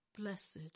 Blessed